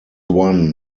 won